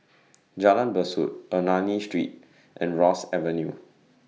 Jalan Besut Ernani Street and Ross Avenue